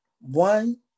one